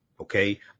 okay